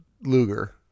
Luger